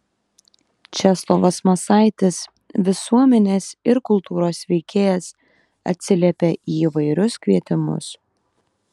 česlovas masaitis visuomenės ir kultūros veikėjas atsiliepia į įvairius kvietimus